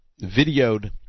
videoed